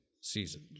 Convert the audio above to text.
season